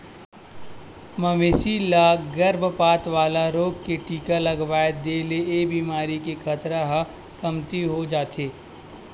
मवेशी ल गरभपात वाला रोग के टीका लगवा दे ले ए बेमारी के खतरा ह कमती हो जाथे